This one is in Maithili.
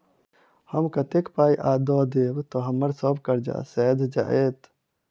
हम कतेक पाई आ दऽ देब तऽ हम्मर सब कर्जा सैध जाइत?